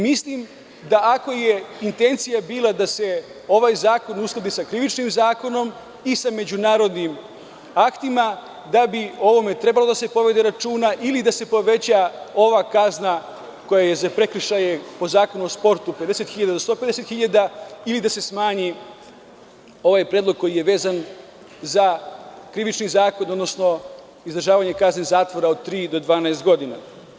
Mislim da, ako je intencija bila da se ovaj zakon uskladi sa Krivičnim zakonom i sa međunarodnim aktima, da bi o ovome trebalo da se povede računa ili da se poveća ova kazna koja je za prekršaje po Zakonu o sportu 50.000 do 150.000 ili da se smanji ovaj predlog koji je vezan za Krivični zakon, odnosno izdržavanje kazne zatvora od tri do 12 godina.